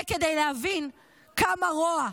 זה כדי להבין כמה רוע,